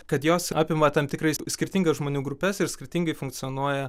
kad jos apima tam tikrais skirtingas žmonių grupes ir skirtingai funkcionuoja